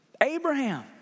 Abraham